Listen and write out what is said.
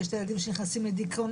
יש את הילדים שנכנסים לדיכאונות.